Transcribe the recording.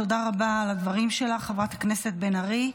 תודה רבה על הדברים שלך, חברת הכנסת בן ארי.